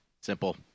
Simple